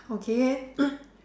okay